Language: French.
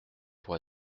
pour